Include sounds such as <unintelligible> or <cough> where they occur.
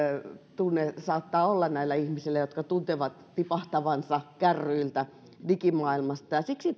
tunne saattaa olla näillä ihmisillä jotka tuntevat tipahtavansa kärryiltä digimaailmasta siksi <unintelligible>